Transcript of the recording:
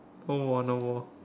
no more no more